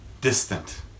distant